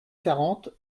quarante